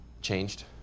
changed